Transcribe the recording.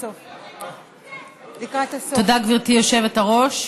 תודה, גברתי היושבת-ראש.